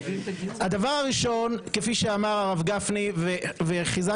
הדבר הראשון כפי שאמר הרב גפני וחיזקתי,